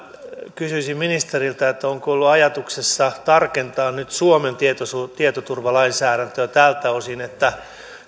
kysyisin ministeriltä onko ollut ajatuksissa tarkentaa nyt suomen tietoturvalainsäädäntöä tältä osin että